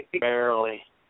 barely